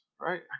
right